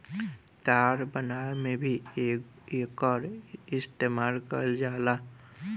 तार बनावे में भी एकर इस्तमाल कईल जाला